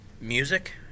music